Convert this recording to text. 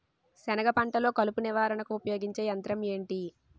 సెనగ పంటలో కలుపు నివారణకు ఉపయోగించే యంత్రం ఏంటి?